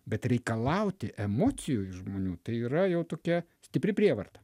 bet reikalauti emocijų iš žmonių tai yra jau tokia stipri prievarta